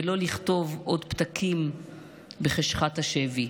ולא לכתוב עוד פתקים בחשכת השבי,